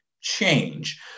change